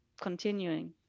continuing